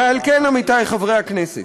ועל כן, עמיתי חברי הכנסת,